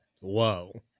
Whoa